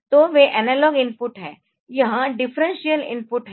तो वे analogue input है यह डिफरेंशियल इनपुट है